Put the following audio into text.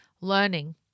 learning